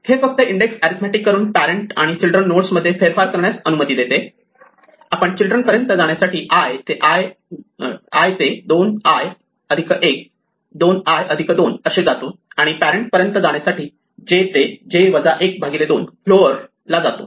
हे फक्त index arithmetic करून पॅरेण्ट आणि चिल्ड्रन नोडस् मध्ये फेरफार करण्यास अनुमति देते आपण चिल्ड्रन पर्यंत जाण्यासाठी i ते 2i 1 2i 2 असे जातो आणि पॅरेण्ट पर्यंत जाण्यासाठी j ते 2 फ्लोअर ला जातो